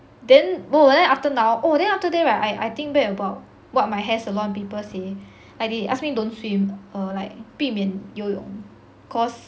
then no but then after now oh then after that right I I think back about what my hair salon people say I like ask me don't swim err like 避免游泳 cause